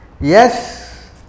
Yes